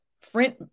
friend